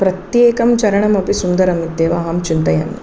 प्रत्येकं चरणमपि सुन्दरमित्येव अहं चिन्तयामि